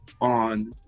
on